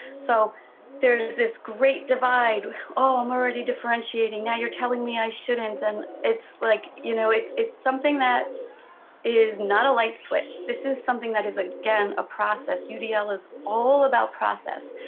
so there is this great divide. oh, i'm already differentiating, now you're telling me i shouldn't, and it's like you know it's something that is not a light switch. this is something that is, again, a process. udl is all about process.